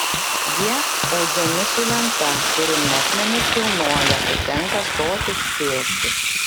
jie audžiami su lenta kuri metmenis kilnoja tad tenka stotis sėstis